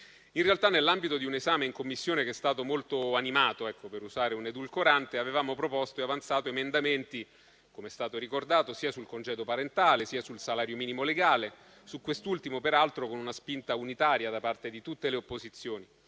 In realtà, nell'ambito di un esame in Commissione che è stato molto animato - per usare un edulcorante - avevamo proposto e avanzato emendamenti, come è stato ricordato, sia sul congedo parentale sia sul salario minimo legale; su quest'ultimo, peraltro, con una spinta unitaria da parte di tutte le opposizioni,